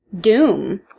doom